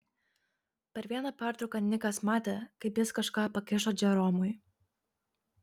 per vieną pertrauką nikas matė kaip jis kažką pakišo džeromui